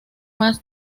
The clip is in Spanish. más